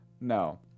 no